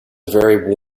very